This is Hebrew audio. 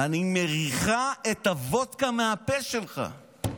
אני מריחה את הוודקה מהפה שלך.